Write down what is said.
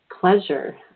pleasure